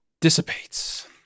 dissipates